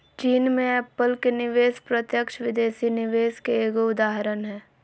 चीन मे एप्पल के निवेश प्रत्यक्ष विदेशी निवेश के एगो उदाहरण हय